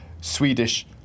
Swedish